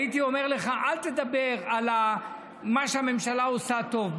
הייתי אומר לך: אל תדבר על מה שהממשלה עושה טוב.